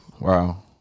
wow